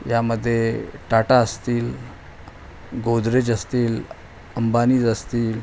यामध्ये टाटा असतील गोदरेज असतील अंबानीज असतील